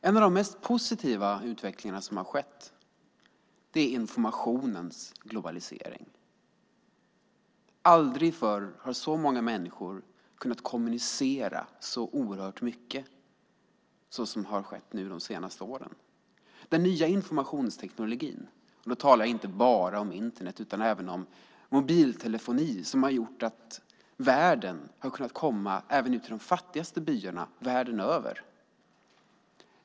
En av de mest positiva utvecklingarna som har skett är informationens globalisering. Aldrig förr har så många människor kunnat kommunicera så oerhört mycket som skett de senaste åren. Den nya informationstekniken, och nu talar jag inte bara om Internet utan även om mobiltelefoni, har gjort att världen har kunnat komma även ut till de fattigaste byarna världen över.